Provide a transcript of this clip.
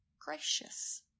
gracious